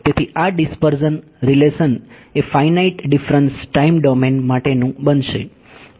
તેથી આ dispersion relation એ ફાઇનાઇટ ડીફરન્સ ટાઈમ ડોમેન માટેનું બનશે